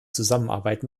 zusammenarbeit